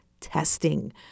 testing